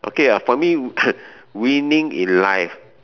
okay uh for me winning in life